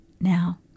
Now